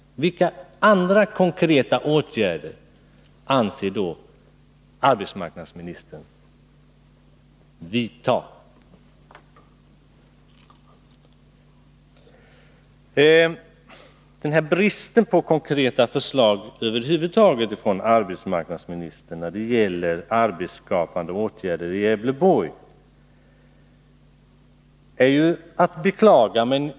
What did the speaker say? Vilka andra konkreta åtgärder avser arbetsmarknadsministern att vidta? Den här bristen på konkreta förslag över huvud taget från arbetsmarknadsministern när det gäller arbetsskapande åtgärder i Gävleborgs län är att beklaga.